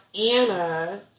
Anna